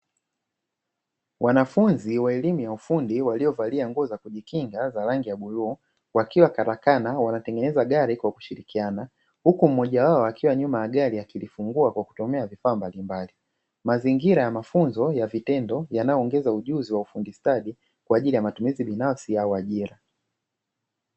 Wanafunzi wa elimu ya ufundi waliovalia nguo za kujikinga za rangi ya bluu wakiwa karakana wanatengeneza gari kwa kushirikiana, huku mmoja wao akiwa nyuma ya gari akilifungua kwa kutumia vifaa mbalimbali. Mazingira ya mafunzo ya vitendo yanayoongeza ujuzi wa ufundi stadi kwa ajili ya matumizi binafsi au ajira,